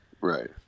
Right